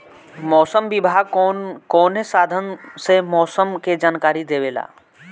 मौसम विभाग कौन कौने साधन से मोसम के जानकारी देवेला?